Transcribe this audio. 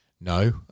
No